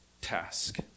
task